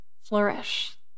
flourish